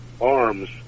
arms